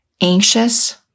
anxious